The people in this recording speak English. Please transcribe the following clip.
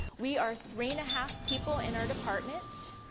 we are three and half people in our department.